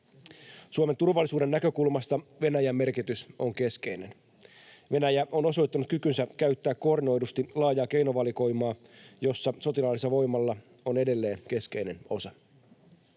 Suomen turvallisuuden näkökulmasta Venäjän merkitys on keskeinen. Venäjä on osoittanut kykynsä käyttää koordinoidusti laajaa keinovalikoimaa, jossa sotilaallisella voimalla on edelleen keskeinen osa.